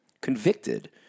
convicted